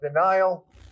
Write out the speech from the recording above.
denial